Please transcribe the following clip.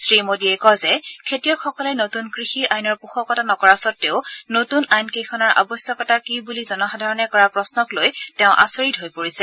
শ্ৰীমোদীয়ে কয় যে খেতিয়কসকলে নতুন কৃষি আইনৰ পোষকতা নকৰা সতেও নতুন আইন কেইখনৰ আৱশ্যকতা কি বুলি জনসাধাৰণে কৰা প্ৰশ্নক লৈ তেওঁ আচৰিত হৈ পৰিছে